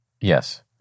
Yes